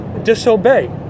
disobey